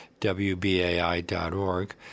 WBAI.org